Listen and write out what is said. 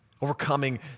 overcoming